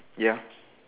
ya